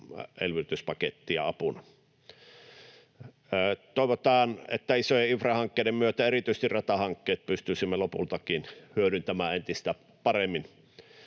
elvytyspakettia apuna. Toivotaan, että isojen infrahankkeiden myötä erityisesti ratahankkeissa pystyisimme lopultakin hyödyntämään entistä paremmin